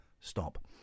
stop